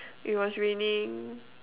it was raining